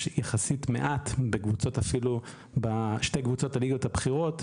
יש יחסית מעט בשתי קבוצות הליגות הבכירות,